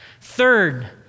Third